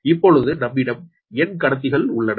இப்பொழுது நம்மிடம் n கடத்திகள் உள்ளன